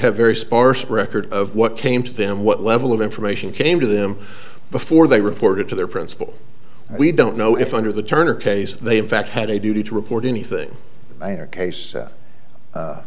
have very sparse record of what came to them what level of information came to them before they reported to their principal we don't know if under the turner case they in fact had a duty to report anything